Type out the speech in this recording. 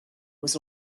was